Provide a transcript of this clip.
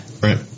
Right